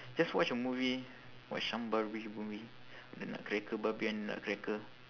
just watch a movie watch some barbie movie the nutcracker barbie in the nutcracker